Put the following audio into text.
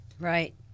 right